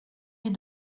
les